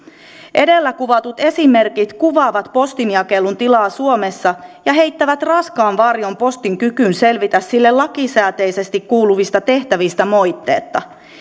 edellä kuvatut esimerkit kuvaavat postinjakelun tilaa suomessa ja heittävät raskaan varjon postin kykyyn selvitä sille lakisääteisesti kuuluvista tehtävistä moitteetta